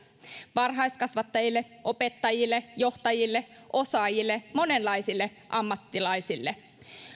varhaiskasvattajille opettajille johtajille osaajille monenlaisille ammattilaisille